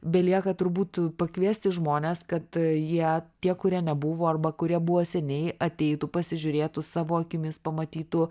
belieka turbūt pakviesti žmones kad jie tie kurie nebuvo arba kurie buvo seniai ateitų pasižiūrėtų savo akimis pamatytų